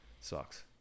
sucks